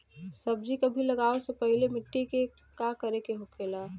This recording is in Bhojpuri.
सब्जी कभी लगाओ से पहले मिट्टी के का करे के होखे ला?